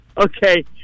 Okay